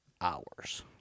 hours